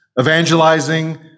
evangelizing